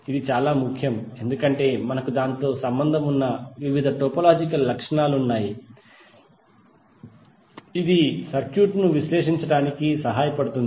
ఇది చాలా ముఖ్యం ఎందుకంటే మనకు దానితో సంబంధం ఉన్న వివిధ టోపోలాజికల్ లక్షణాలు ఉన్నాయి ఇది సర్క్యూట్ను విశ్లేషించడానికి మనకు సహాయపడుతుంది